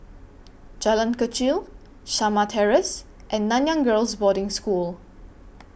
Jalan Kechil Shamah Terrace and Nanyang Girls' Boarding School